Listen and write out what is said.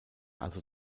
also